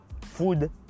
food